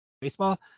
baseball